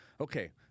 Okay